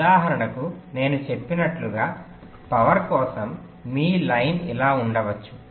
ఉదాహరణకు నేను చెప్పినట్లుగా పవర్ కోసం మీ లైన్ ఇలా ఉండవచ్చు